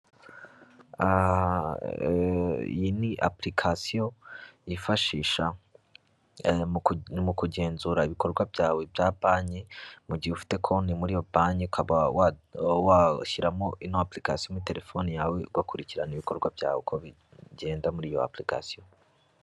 Iyi ni apurikasiyo yifashisha mu kugenzura ibikorwa byawe bya banki, mu gihe ufite konti muri banki ukaba washyiramo ino apurikasiyo muri terefone yawe ugakurikirana ibikorwa byawe uko bigenda muri iyo apurikasiyo.